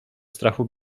strachu